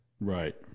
Right